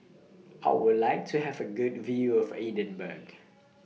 How Would like to Have A Good View of Edinburgh